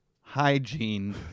hygiene